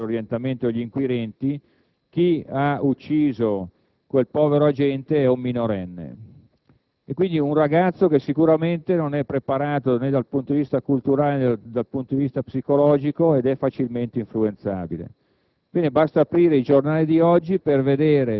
molto probabilmente - almeno in base a quello che sembra essere l'orientamento degli inquirenti - chi ha ucciso quel povero agente è un minorenne; quindi, un ragazzo che, sicuramente, non è preparato, né dal punto di vista culturale, né da quello psicologico, ed è facilmente influenzabile.